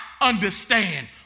understand